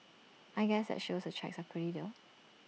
I guess that shows the checks are pretty